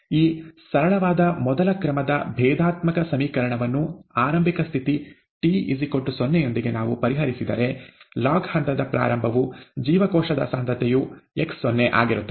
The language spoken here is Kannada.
ಈ ಸರಳವಾದ ಮೊದಲ ಕ್ರಮದ ಭೇದಾತ್ಮಕ ಸಮೀಕರಣವನ್ನು ಆರಂಭಿಕ ಸ್ಥಿತಿ t0ಯೊಂದಿಗೆ ನಾವು ಪರಿಹರಿಸಿದರೆ ಲಾಗ್ ಹಂತದ ಪ್ರಾರಂಭವು ಜೀವಕೋಶದ ಸಾಂದ್ರತೆಯು x0 ಆಗಿರುತ್ತದೆ